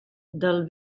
del